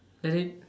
let it